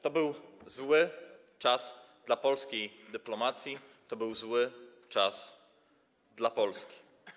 To był zły czas dla polskiej dyplomacji, to był zły czas dla Polski.